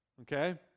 Okay